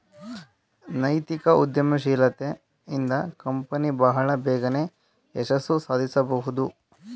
ನೈತಿಕ ಉದ್ಯಮಶೀಲತೆ ಇಂದ ಕಂಪನಿ ಬಹಳ ಬೇಗನೆ ಯಶಸ್ಸು ಸಾಧಿಸಬಹುದು